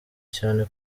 cyane